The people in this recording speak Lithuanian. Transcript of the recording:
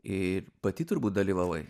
ir pati turbūt dalyvavai